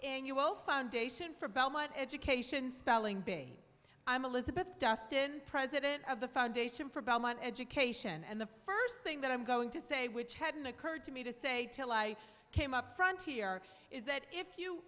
in you will foundation for belmont education spelling bee i'm elizabeth dustin president of the foundation for belmont education and the first thing that i'm going to say which hadn't occurred to me to say till i came up front here is that if you